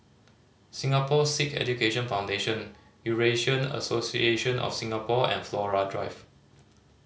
Singapore Sikh Education Foundation Eurasian Association of Singapore and Flora Drive